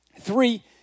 three